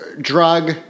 drug